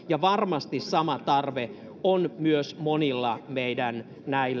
ja varmasti sama tarve on myös monilla meidän